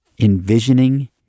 Envisioning